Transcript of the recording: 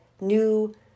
new